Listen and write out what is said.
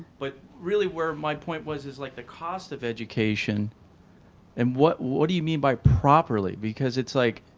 but really where my point was is like the cost of education and what what do you mean by properly? because it's like